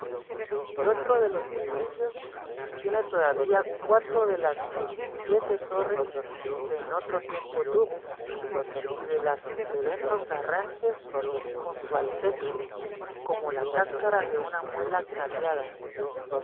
y otro de los edificios tiene todavía cuatro de las diecisiete torres que en otro tiempo tuvo y de las que se ven los arranques junto al techo como la cáscara de una muela cariada